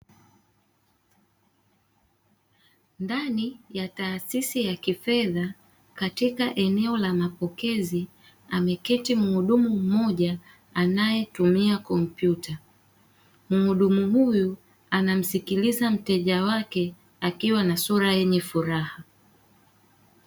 Ndani ya taasisi ya kifedha katika eneo la mapokezi ameketi mhudumu mmoja anayetumia kompyuta, mhudumu huyu anamsikiliza mteja wake akiwa na sura yenye furaha.